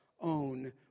own